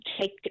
take